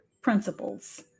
principles